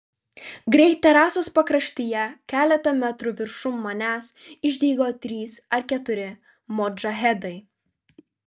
greit terasos pakraštyje keletą metrų viršum manęs išdygo trys ar keturi modžahedai